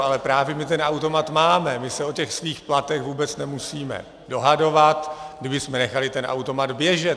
Ale právě my ten automat máme, my se o těch svých platech vůbec nemusíme dohadovat, kdybychom nechali ten automat běžet.